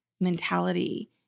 mentality